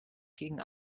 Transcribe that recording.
gegen